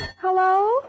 Hello